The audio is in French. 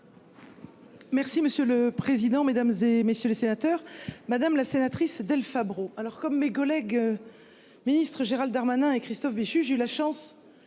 Merci monsieur le président, Mesdames, et messieurs les sénateurs, madame la sénatrice Del Fabbro. Alors comme mes collègues. Ministres Gérald Darmanin et Christophe Béchu. J'ai eu la chance